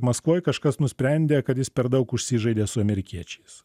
maskvoj kažkas nusprendė kad jis per daug užsižaidė su amerikiečiais